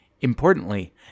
Importantly